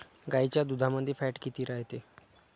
गाईच्या दुधामंदी फॅट किती रायते?